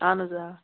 اَہَن حظ آ